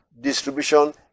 distribution